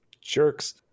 jerks